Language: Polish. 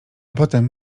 potem